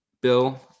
Bill